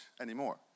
anymore